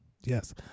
Yes